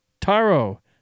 taro